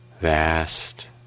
vast